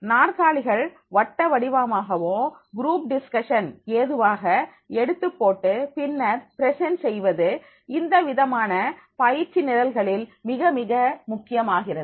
நாற்காலிகள் வட்ட வடிவமாகவோ குரூப் டிஸ்கஷன் ஏதுவாக எடுத்து போட்டு பின்னர்பிரசன்ட் செய்வது இந்தவிதமான பயிற்சி நிரல்களில் மிக மிக முக்கியமாகிறது